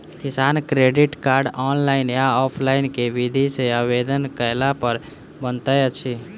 किसान credit card, online या offline केँ विधि सँ आवेदन कैला पर बनैत अछि?